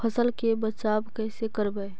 फसल के बचाब कैसे करबय?